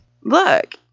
Look